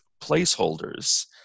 placeholders